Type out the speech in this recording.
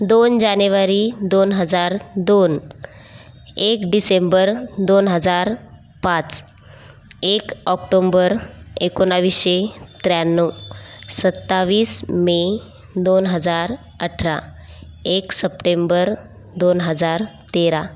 दोन जानेवारी दोन हजार दोन एक डिसेंबर दोन हजार पाच एक ऑक्टोंबर एकोणाविसशे त्र्याण्णव सत्तावीस मे दोन हजार अठरा एक सप्टेंबर दोन हजार तेरा